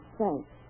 thanks